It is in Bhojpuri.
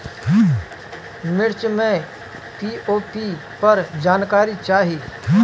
मिर्च मे पी.ओ.पी पर जानकारी चाही?